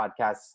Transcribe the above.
podcasts